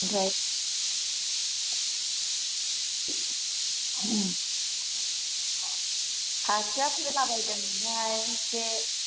आमफ्राय खासिया फोलाबायदोंमोनहाय ऐसे